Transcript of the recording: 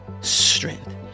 strength